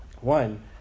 One